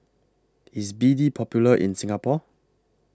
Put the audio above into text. IS B D Popular in Singapore